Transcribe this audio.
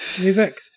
Music